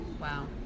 Wow